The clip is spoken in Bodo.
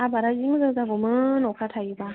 आबादा जि मोजां जागौमोन अखा थायोबा